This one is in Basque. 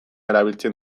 erabiltzen